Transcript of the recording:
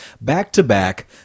back-to-back